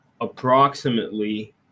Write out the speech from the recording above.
approximately